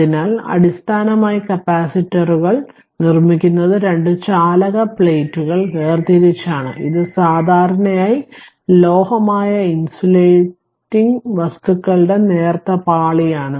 അതിനാൽ അടിസ്ഥാനപരമായി കപ്പാസിറ്ററുകൾ നിർമ്മിക്കുന്നത് രണ്ട് ചാലക പ്ലേറ്റുകൾ വേർതിരിച്ചാണ് ഇത് സാധാരണയായി ലോഹമായ ഇൻസുലേറ്റിംഗ് വസ്തുക്കളുടെ നേർത്ത പാളിയാണ്